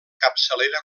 capçalera